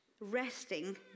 resting